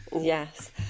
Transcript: Yes